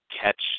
catch